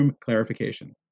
clarification